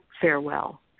farewell